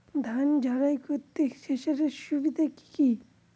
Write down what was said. ধান ঝারাই করতে থেসারের সুবিধা কি কি?